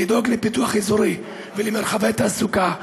לדאוג לפיתוח אזורי ולמרחבי תעסוקה מגוונים,